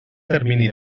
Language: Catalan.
termini